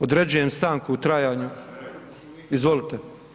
Određujem stanku u trajanju, izvolite.